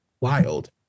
wild